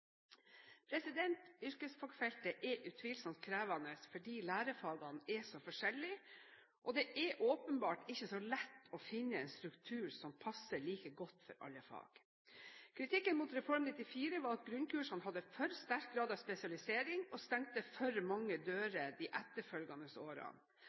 er utvilsomt krevende fordi lærefagene er så forskjellige, og det er åpenbart ikke så lett å finne en struktur som passer like godt for alle fag. Kritikken mot Reform 94 gikk ut på at grunnkursene hadde for sterk grad av spesialisering og stengte for mange